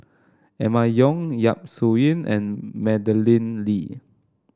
Emma Yong Yap Su Yin and Madeleine Lee